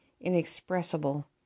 inexpressible